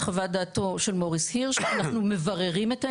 דעתו של מוריס הירש, אנחנו מבררים את העניין,